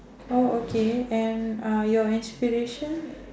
oh okay and uh your inspiration